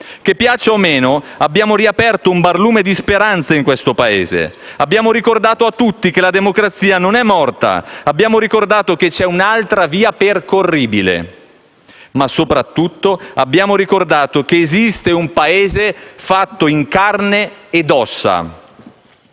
Che piaccia o no, abbiamo riacceso un barlume di speranza per questo Paese; abbiamo ricordato a tutti che la democrazia non è morta; abbiamo ricordato che c'è un'altra via percorribile; ma soprattutto, abbiamo ricordato che esiste un Paese in carne ed ossa,